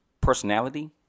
personality